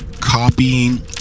Copying